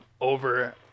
over